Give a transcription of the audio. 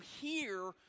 hear